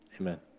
amen